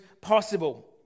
possible